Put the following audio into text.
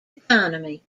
economy